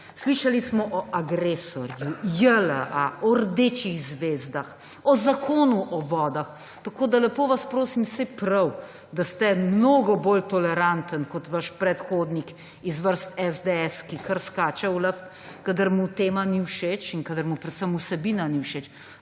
Slišali smo o agresorju, JLA, o rdečih zvezdah, o Zakonu o vodah. Lepo vas prosim, saj je prav, da ste mnogo toleranten kot vaš predhodnik iz vrst SDS, ki kar skače v luft, kadar mu tema ni všeč in kadar mu predvsem vsebina ni všeč,